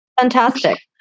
Fantastic